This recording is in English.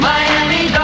Miami